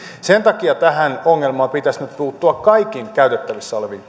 sen takia tähän ongelmaan pitäisi nyt puuttua kaikin käytettävissä olevin